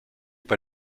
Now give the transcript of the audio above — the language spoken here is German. bei